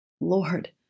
Lord